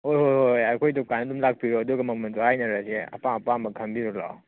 ꯍꯣꯏ ꯍꯣꯏ ꯍꯣꯏ ꯍꯣꯏ ꯑꯩꯈꯣꯏ ꯗꯨꯀꯥꯟꯗ ꯑꯗꯨꯝ ꯂꯥꯛꯄꯤꯔꯣ ꯑꯗꯨꯒ ꯃꯃꯟꯗꯣ ꯍꯥꯏꯅꯔꯁꯦ ꯑꯄꯥꯝ ꯑꯄꯥꯝꯕ ꯈꯟꯕꯤꯔꯨ ꯂꯥꯛꯑꯣ